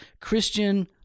Christian